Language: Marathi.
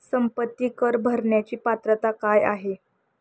संपत्ती कर भरण्याची पात्रता काय आहे?